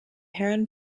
heron